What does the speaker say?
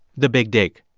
the big dig.